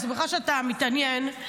אני שמחה שאתה מתעניין,